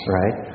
right